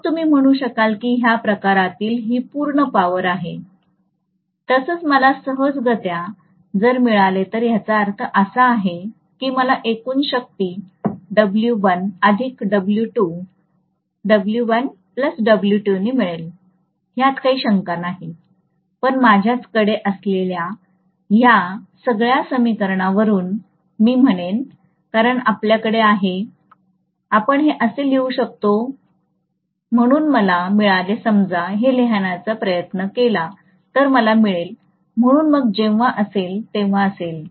मग तुम्ही म्हणू शकाल की ह्या प्रकारातील हि पूर्ण पॉवर आहे तसंच मला सहजगत्या जर मिळाले तर याचा अर्थ असा आहे की मला एकूण शक्ती W1 अधिक W2 W1W2 ने मिळेल ह्यात काही शंका नाही पण माझ्याचकडे असलेल्या ह्या सगळ्या समीकरण वरून कारण मी म्हणेन कारण आपल्याकडे आहे आणि आपण हे असे ही लिहू शकतो असे ही लिहू शकतो म्हणून मला मिळेलसमजा मी हे लिहायचा प्रयत्न केला की तर मग आपल्याला मिळेल म्हणून मग जेव्हा असेल तेव्हा असेल